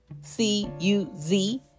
C-U-Z